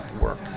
work